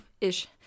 ish